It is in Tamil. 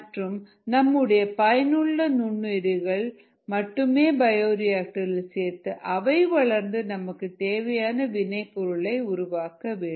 மற்றும் நம்முடைய பயனுள்ள நுண்ணுயிர் மட்டுமே பயோரியாக்டர் இல் சேர்த்து அவை வளர்ந்து நமக்கு தேவையான வினை பொருளை உருவாக்க வேண்டும்